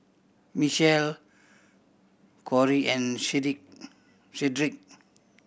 Mitchell Kori and Shedrick